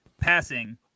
passing